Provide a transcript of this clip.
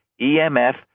EMF